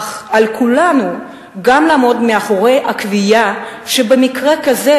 אך על כולנו גם לעמוד מאחורי הקביעה שבמקרה כזה